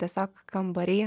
tiesiog kambary